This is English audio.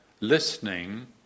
listening